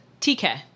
TK